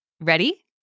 Ready